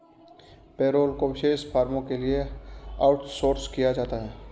payroll को विशेष फर्मों के लिए आउटसोर्स किया जाता है